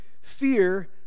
fear